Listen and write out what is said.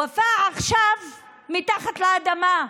ופאא עכשיו מתחת לאדמה.